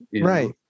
Right